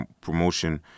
promotion